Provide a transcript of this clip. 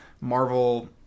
Marvel